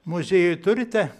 muziejuj turite